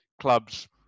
clubs